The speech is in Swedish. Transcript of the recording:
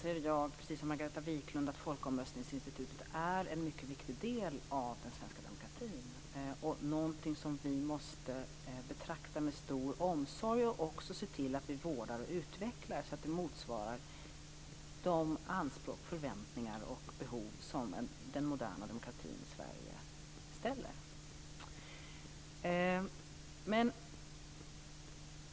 Fru talman! Självfallet anser jag, precis som Margareta Viklund, att folkomröstningsinstitutet är en mycket viktig del av den svenska demokratin och någonting som vi måste betrakta med stor omsorg. Vi måste också se till att vårda och utveckla det så att det motsvarar de anspråk, förväntningar och behov som den moderna demokratin i Sverige medför.